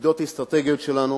ידידות אסטרטגיות שלנו,